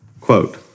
Quote